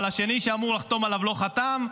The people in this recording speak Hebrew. אבל השני שאמור לחתום עליו לא חתם,